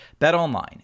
BetOnline